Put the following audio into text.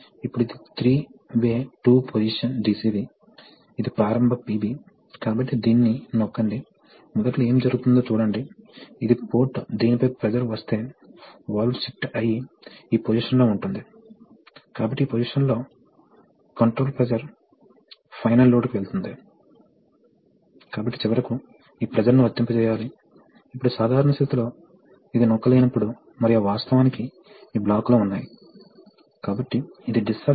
అదేవిధంగా మీరు ఒక చిన్న రేటు పొందగలము ఎక్స్టెన్షన్ స్ట్రోక్ విషయంలో మీరు దీనిని పంపుకు మరియు దీనిని ట్యాంక్కు నేరుగా కనెక్ట్ చేసినట్లైతే అప్పుడు మీరు అదే పంపు ప్రవాహ రేటుతో నెమ్మదిగా కదలికను చూడవచ్చుకాబట్టి రిజనరేటివ్ యొక్క ప్రయోజనం ఏమిటంటే అదే ప్రవాహం రేటు రేటింగ్ పంపుతో మనము వేగంగా కదలికను ఉత్పత్తి చేయగలుగుతాము